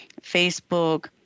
Facebook